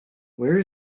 where